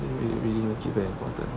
it really motivated